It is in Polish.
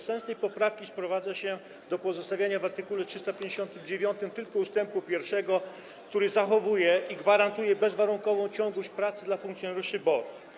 Sens tej poprawki sprowadza się do pozostawienia w art. 359 tylko ust. 1, który zachowuje i gwarantuje bezwarunkową ciągłość pracy dla funkcjonariuszy BOR.